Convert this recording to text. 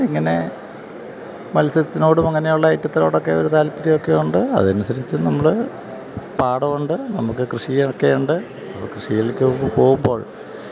ഇങ്ങനെ മത്സ്യത്തിനോടും അങ്ങനെയുള്ള ഐറ്റത്തോടൊക്കെ ഒരു താല്പര്യമൊക്കെയുണ്ട് അതനുസരിച്ച് നമ്മള് പാടമുണ്ട് നമുക്ക് കൃഷിയൊക്കെയുണ്ട് അപ്പോള് കൃഷിയിലേക്ക് പോകുമ്പോൾ